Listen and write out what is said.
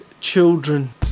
Children